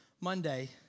Monday